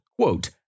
quote